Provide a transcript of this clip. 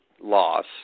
loss